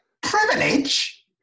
privilege